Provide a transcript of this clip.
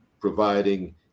providing